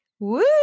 Woo